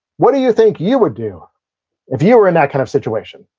what do you think you would do if you were in that kind of situation,